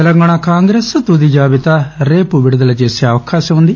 Telangana Congress తుది జాబితా రేపు విడుదల చేసే అవకాశముంది